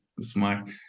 smart